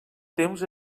temps